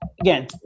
again